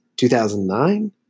2009